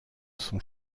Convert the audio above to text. son